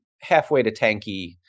halfway-to-tanky